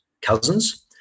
Cousins